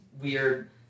weird